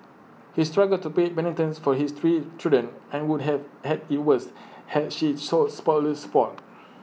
he struggled to pay maintenance for his three children and would have had IT worse had she sought spousal support